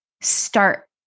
start